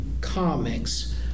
comics